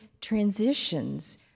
transitions